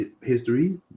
history